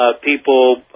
people